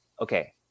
Okay